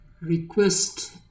Request